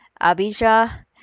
Abijah